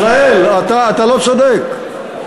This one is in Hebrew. ישראל, אתה לא צודק.